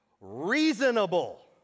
reasonable